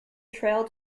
trail